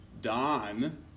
Don